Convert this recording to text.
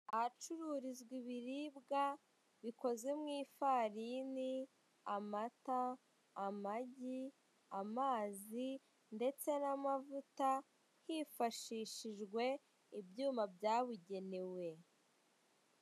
Ahacururizwa ibiribwa bikoze mu ifarini, amata, amagi, amazi ndetse n'amavuta, hifashishijwe ibyuma bya bugenewe.